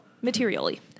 materially